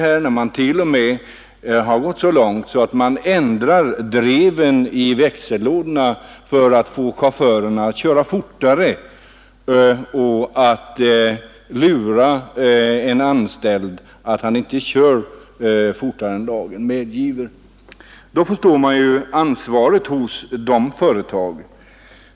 Ja, företagen går t.o.m. så långt att man ändrar dreven i bilarnas växellådor för att få chaufförerna att köra fortare och lura dem att tro att de inte kör fortare än lagen medger. Då förstår vi vilken anvarskänsla man har i sådana företag.